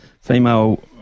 female